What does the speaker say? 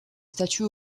statues